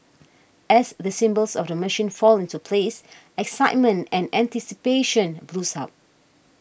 as the symbols of the machine fall into place excitement and anticipation builds up